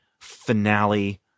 finale